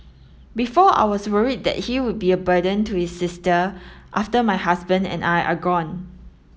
before I was worried that he would be a burden to his sister after my husband and I are gone